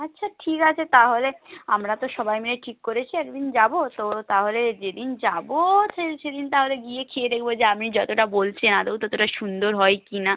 আচ্ছা ঠিক আছে তাহলে আমরা তো সবাই মিলে ঠিক করেছি এক দিন যাব তো তাহলে যেদিন যাব সেদিন তাহলে গিয়ে খেয়ে দেখব যে আপনি যতটা বলছেন আদৌ ততটা সুন্দর হয় কি না